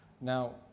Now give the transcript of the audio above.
Now